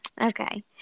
Okay